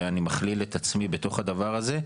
ואני מכליל את עצמי בתוך הדבר הזה,